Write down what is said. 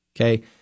Okay